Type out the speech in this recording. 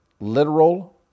literal